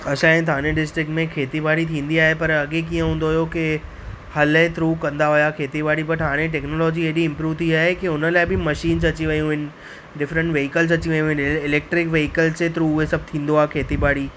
असांजे थाणे डिस्ट्रिक्ट में खेती बाड़ी थींदी आहे पर अॻे कीअं हूंदो हुओ कि हले ऐं थ्रू कंदा हुआ खेती बाड़ी बट हाणे टेक्नोलॉजी हेॾी इंप्रूव थी आहे कि हुन लाइ बि मशीन्स अची वेयूं आहिनि डिफरेंट व्हिकल अची वेयूं आहिनि इलेक्ट्रिक व्हिकल जे थ्रू उहे सभु थींदो आहे खेती बाड़ी